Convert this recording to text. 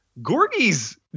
Gorgie's